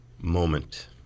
moment